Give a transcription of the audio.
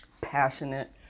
Passionate